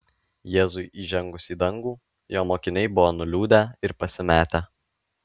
jėzui įžengus į dangų jo mokiniai buvo nuliūdę ir pasimetę